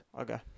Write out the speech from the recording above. Okay